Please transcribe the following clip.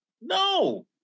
no